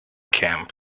camp